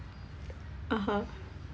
(uh huh)